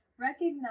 Recognize